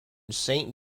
saint